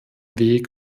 weg